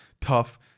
tough